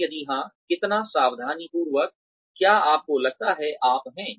और यदि हाँ कितना सावधानीपूर्वक क्या आपको लगता है आप हैं